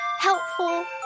helpful